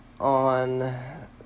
on